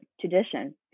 tradition